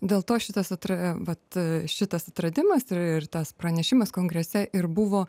dėl to šitas atr vat šitas atradimas ir tas pranešimas kongrese ir buvo